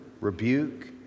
rebuke